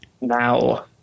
now